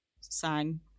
sang